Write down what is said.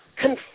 confirm